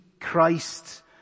Christ